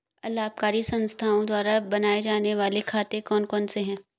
अलाभकारी संस्थाओं द्वारा बनाए जाने वाले खाते कौन कौनसे हैं?